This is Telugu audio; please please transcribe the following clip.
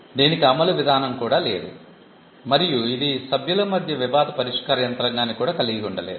దీనికి అమలు విధానం కూడా లేదు మరియు ఇది సభ్యుల మధ్య వివాద పరిష్కార యంత్రాంగాన్ని కూడా కలిగియుండ లేదు